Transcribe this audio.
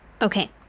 Okay